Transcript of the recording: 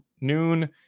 noon